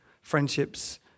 friendships